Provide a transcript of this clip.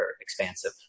expansive